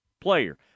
player